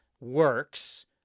works